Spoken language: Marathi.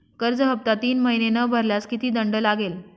कर्ज हफ्ता तीन महिने न भरल्यास किती दंड लागेल?